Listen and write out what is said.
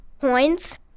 points